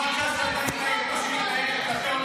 כמו שש"ס מתנהגת כלפי עולים חדשים וכמו